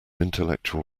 intellectual